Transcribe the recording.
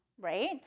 right